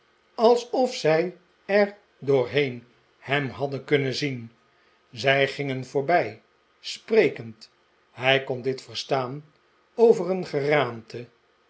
alsof zij er doorheen hem hadden kunnen zien zij gingen voorbij sprekend hij kon dit verstaan over een geraamte